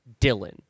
dylan